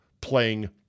Playing